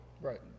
Right